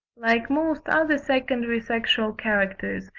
like most other secondary sexual characters,